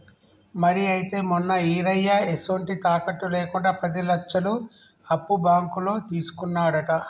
మరి అయితే మొన్న ఈరయ్య ఎసొంటి తాకట్టు లేకుండా పది లచ్చలు అప్పు బాంకులో తీసుకున్నాడట